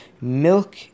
Milk